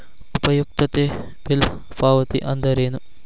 ಉಪಯುಕ್ತತೆ ಬಿಲ್ ಪಾವತಿ ಅಂದ್ರೇನು?